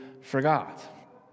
forgot